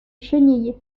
chenille